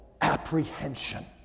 apprehension